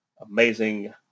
amazing